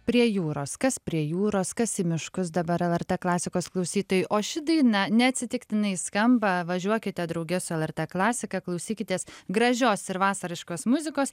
prie jūros kas prie jūros kas į miškus dabar lrt klasikos klausytojai o ši daina neatsitiktinai skamba važiuokite drauge su lrt klasika klausykitės gražios ir vasariškos muzikos